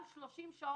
גם 30 שעות,